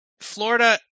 Florida